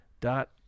dot